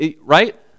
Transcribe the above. Right